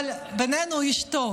אבל בינינו, הוא איש טוב.